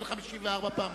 אין סעיף 54 פעמיים.